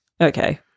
okay